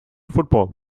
football